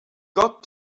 got